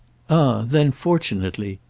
ah then fortunately!